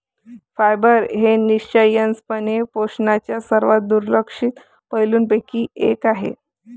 fibre हे निःसंशयपणे पोषणाच्या सर्वात दुर्लक्षित पैलूंपैकी एक आहे